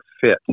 fit